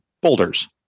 boulders